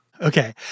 Okay